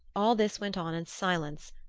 all this went on in silence,